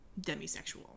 demisexual